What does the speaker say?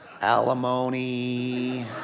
Alimony